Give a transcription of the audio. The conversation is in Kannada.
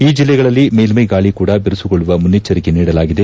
ಈ ಜಿಲ್ಲೆಗಳಲ್ಲಿ ಮೇಲ್ಮೈ ಗಾಳ ಕೂಡಾ ಬಿರುಸುಗೊಳ್ಳುವ ಮುನ್ನೆಚ್ಚರಿಕೆ ನೀಡಲಾಗಿದೆ